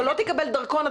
אתה לא תקבל דרכון,